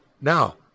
now